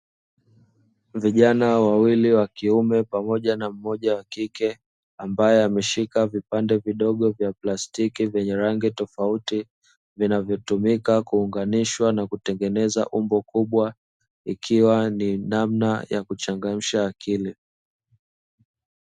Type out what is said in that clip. Vijana wawili wa kiume pamoja na mmoja wa kike, ambaye ameshika vipande vidogo vya plastiki vyenye rangi tofautitofauti, vinavyotumika kuunganishwa na kutengeneza umbo kubwa ikiwa ni namna ya kuchangamsha akili.